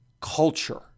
culture